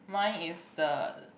mine is the